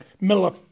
Miller